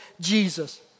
Jesus